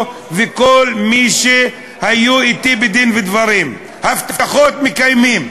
ולכל מי שהיו אתי בדין-ודברים: הבטחות מקיימים.